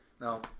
no